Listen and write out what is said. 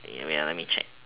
ya wait ya let me check